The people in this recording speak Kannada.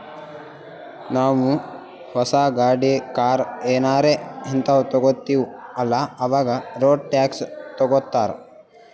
ನಾವೂ ಹೊಸ ಗಾಡಿ, ಕಾರ್ ಏನಾರೇ ಹಿಂತಾವ್ ತಗೊತ್ತಿವ್ ಅಲ್ಲಾ ಅವಾಗೆ ರೋಡ್ ಟ್ಯಾಕ್ಸ್ ತಗೋತ್ತಾರ್